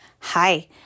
Hi